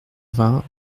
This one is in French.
vingt